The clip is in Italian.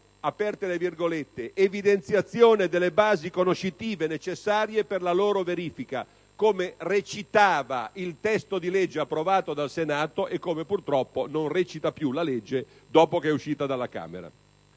vigente con «evidenziazione delle basi conoscitive necessarie per la loro verifica», come recitava il testo di legge approvato dal Senato e come purtroppo non recita più la legge uscita dalla Camera.